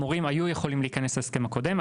המורים יכלו להיכנס להסכם הקודם.